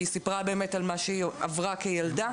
היא סיפרה על מה שהיא עברה כילדה.